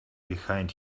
behind